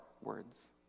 words